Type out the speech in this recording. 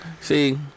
See